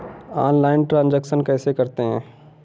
Online transaction कैसे करते हैं?